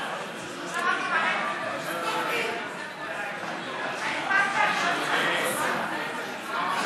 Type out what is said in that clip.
ההצעה להעביר את הצעת חוק הצעת חוק העונשין (תיקון,